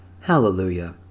Hallelujah